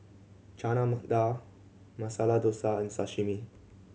Chana Dal Masala Dosa and Sashimi